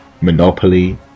monopoly